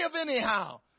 anyhow